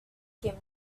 came